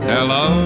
Hello